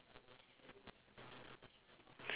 oh ya I have one old man and that guy is like uh